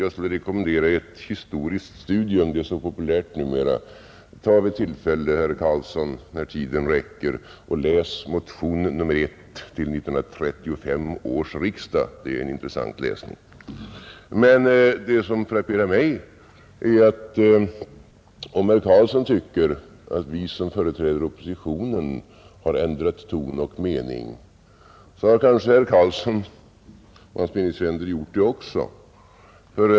Jag skulle vilja rekommendera herr Karlsson i Huskvarna ett historiskt studium — det är så populärt numera, Läs vid tillfälle när tiden räcker till motionen nr 1 till 1935 års riksdag! Det är en intressant läsning. Det som frapperar mig är emellertid att om herr Karlsson tycker att vi som företräder oppositionen har ändrat ton och mening, så har nog herr Karlsson och hans meningsfränder också gjort det.